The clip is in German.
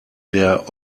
der